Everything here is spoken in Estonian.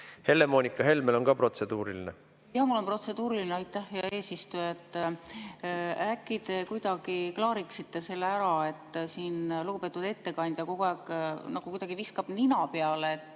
Helle‑Moonika Helmel on ka protseduuriline. Jah, mul on protseduuriline. Aitäh, hea eesistuja! Äkki te kuidagi klaariksite selle ära. Lugupeetud ettekandja kogu aeg nagu kuidagi viskab nina peale, et